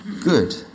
good